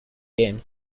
game